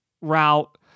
route